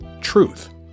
truth